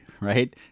right